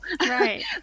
Right